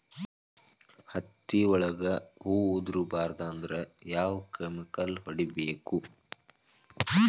ಹತ್ತಿ ಒಳಗ ಹೂವು ಉದುರ್ ಬಾರದು ಅಂದ್ರ ಯಾವ ಕೆಮಿಕಲ್ ಹೊಡಿಬೇಕು?